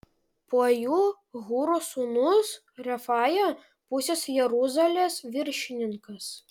po jų hūro sūnus refaja pusės jeruzalės viršininkas